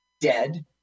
dead